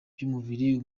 by’umubiri